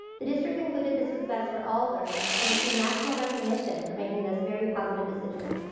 the district concluded this was best for all learners and received national recognition for making this very positive decision.